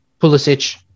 Pulisic